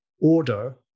order